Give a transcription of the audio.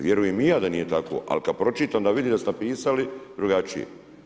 Vjerujem i ja da nije tako, ali kad pročitam, onda vidim da su napisali drugačije.